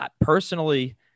personally